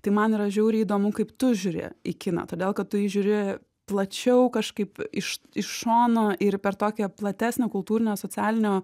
tai man yra žiauriai įdomu kaip tu žiūri į kiną todėl kad tu jį žiūri plačiau kažkaip iš iš šono ir per tokią platesnę kultūrinio socialinio